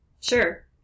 Sure